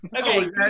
Okay